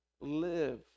live